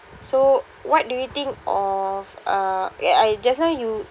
so what do you think of uh ya~ I just now you